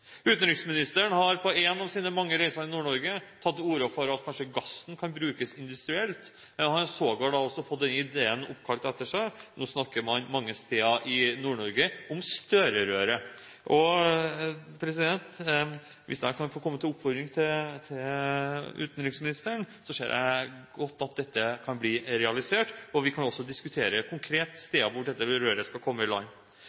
Utenriksministeren har på en av sine mange reiser i Nord-Norge tatt til orde for at gassen kanskje kan brukes industrielt. Han har sågar fått denne ideen oppkalt etter seg; nå snakker man mange steder i Nord-Norge om «Støre-røret»! Hvis jeg kan få komme med en oppfordring til utenriksministeren, ser jeg at dette kan bli realisert, og vi kan også diskutere konkret steder hvor dette røret skal komme i land.